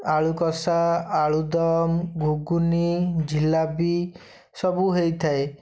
ଆଳୁ କଷା ଆଳୁ ଦମ ଘୁଗୁନି ଝିଲାବି ସବୁ ହେଇଥାଏ